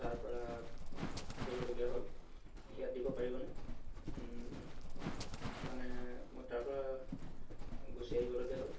তাৰপৰা আহিবলগীয়া হ'ল ইয়াত দিব পাৰিব নে মানে মোৰ তাৰপৰা গুচি আহিবলগীয়া হ'ল